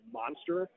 monster